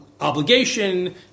obligation